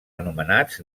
anomenats